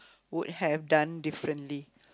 would have done differently